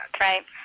Right